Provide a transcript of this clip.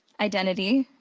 identity,